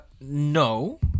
no